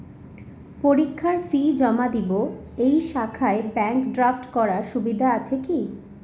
পরীক্ষার ফি জমা দিব এই শাখায় ব্যাংক ড্রাফট করার সুবিধা আছে কি?